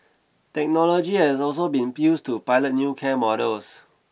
technology has also been used to pilot new care models